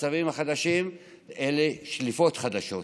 והצווים החדשים אלו שליפות חדשות,